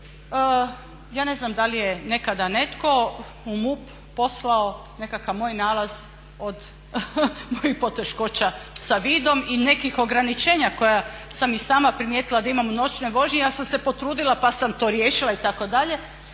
Ja ne znam da li je nekada netko u MUP poslao nekakav moj nalaz od mojih poteškoća sa vidom i nekih ograničenja koja sam i sama primijetila da imam u noćnoj vožnji ali sam se potrudila pa sam to riješila itd.